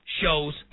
shows